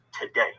today